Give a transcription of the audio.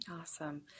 Awesome